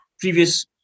previous